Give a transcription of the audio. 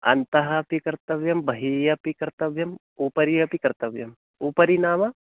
अन्तः अपि कर्तव्यं बहिः अपि कर्तव्यम् उपरि अपि कर्तव्यम् उपरि नाम